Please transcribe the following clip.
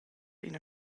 ina